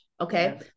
okay